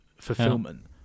fulfillment